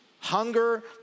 Hunger